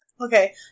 Okay